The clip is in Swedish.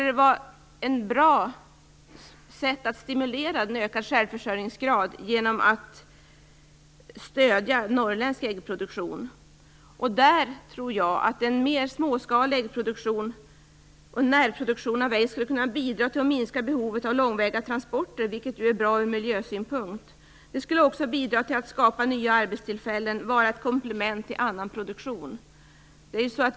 Därför borde man stimulera en ökad självförsörjningsgrad genom att stödja norrländsk äggproduktion. Jag tror att en mer småskalig äggproduktion och en närproduktion av ägg skulle kunna bidra till att minska behovet av långväga transporter, vilket är bra ur miljösynpunkt. Det skulle också bidra till att skapa nya arbetstillfällen och vara ett komplement till annan produktion.